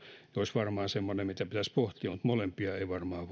olisi varmaan semmoinen mitä pitäisi pohtia mutta molempia ei varmaan